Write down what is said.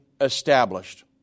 established